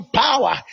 power